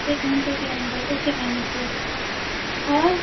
ایک گھنٹے کے اندر اوکے میم اوکے اور